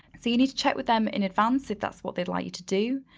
so you need to check with them in advance if that's what they'd like you to do,